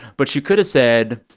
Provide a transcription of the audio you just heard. but you could've said,